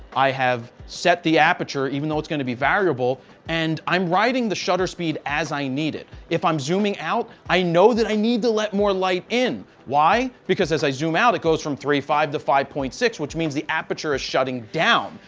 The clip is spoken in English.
i have set the aperture even though it's going to be variable and i'm writing the shutter speed as i need it. if i'm zooming out, i know that i need to let more light in. why? because as i zoom out, it goes from three point five to five point six, which means the aperture is shutting down,